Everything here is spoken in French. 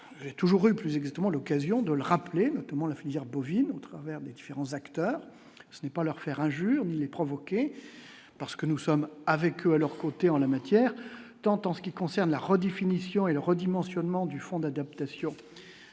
j'ai toujours eu plus exactement, l'occasion de le rappeler, notamment la filière bovine au travers des différents acteurs, ce n'est pas leur faire injure, ni les provoquer, parce que nous sommes, avec à leur côtés en la matière, tant en ce qui concerne la redéfinition et le redimensionnement du fonds d'adaptation